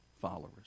followers